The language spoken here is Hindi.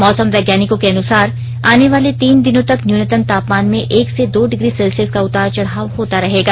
मौसम वैज्ञानिकों के अनुसार आने वाले तीन दिनों तक न्यूनतम तापमान में एक से दो डिग्री सेल्सियस का उतार चढ़ाव होता रहेगा